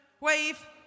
Wave